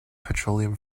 petroleum